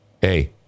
Hey